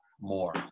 more